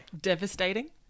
Devastating